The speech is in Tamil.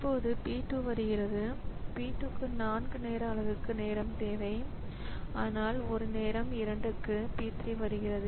இப்போது P 2 வருகிறது P 2 க்கு 4 நேர அலகுக்கு நேரம் தேவை ஆனால் ஒரு நேரம் 2 இரண்டுக்கு P 3 வருகிறது